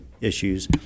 issues